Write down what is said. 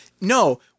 No